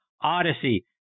Odyssey